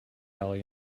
alley